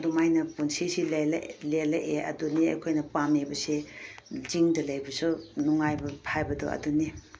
ꯑꯗꯨꯃꯥꯏꯅ ꯄꯨꯟꯁꯤꯁꯤ ꯂꯦꯜꯂꯛꯑꯦ ꯑꯗꯨꯅꯤ ꯑꯩꯈꯣꯏꯅ ꯄꯥꯝꯃꯤꯕꯁꯦ ꯆꯤꯡꯗ ꯂꯩꯕꯁꯨ ꯅꯨꯡꯉꯥꯏꯕ ꯍꯥꯏꯕꯗꯣ ꯑꯗꯨꯅꯤ